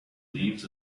leaves